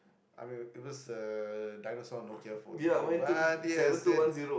I mean it was a dinosaur Nokia phone though but yes it